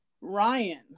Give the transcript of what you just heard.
Ryan